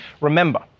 remember